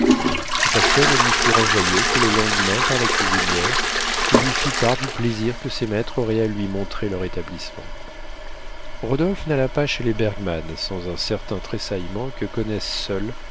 le passeport ne lui fut renvoyé que le lendemain par la cuisinière qui lui fit part du plaisir que ses maîtres auraient à lui montrer leur établissement rodolphe n'alla pas chez les bergmann sans un certain tressaillement que connaissent seuls